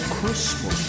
Christmas